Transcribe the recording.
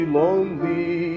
lonely